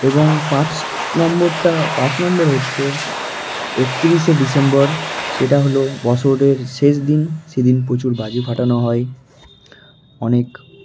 এবং পাঁচ নম্বরটা পাঁচ নম্বর হচ্ছে এক তিরিশে ডিসেম্বর সেটা হলো বছরের শেষ দিন সেদিন প্রচুর বাজি ফাটানো হয় অনেক